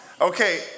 Okay